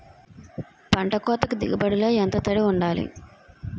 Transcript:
పంట కోతకు దిగుబడి లో ఎంత తడి వుండాలి?